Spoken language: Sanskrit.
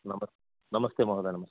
नमस्ते नमस्ते महोदय नमस्ते